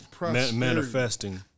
Manifesting